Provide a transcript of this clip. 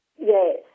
Yes